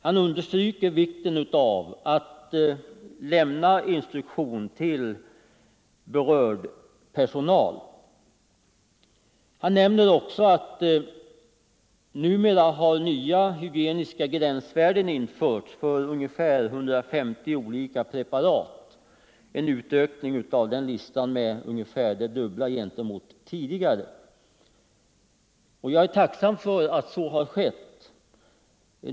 Han understryker vikten av att lämna instruktion till berörd personal och han nämner även att det numera har införts nya hygieniska gränsvärden för ungefär 150 olika preparat, en utökning av den listan till ungefär det dubbla gentemot tidigare. Jag är tacksam för att så har skett.